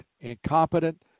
incompetent